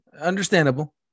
understandable